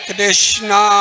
Krishna